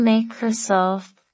Microsoft